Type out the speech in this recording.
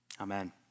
Amen